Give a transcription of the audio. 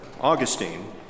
Augustine